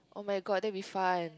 oh-my-god that'll be fun